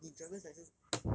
eh 你 driver's license